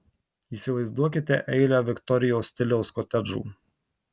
įsivaizduokite eilę viktorijos stiliaus kotedžų